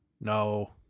No